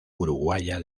uruguaya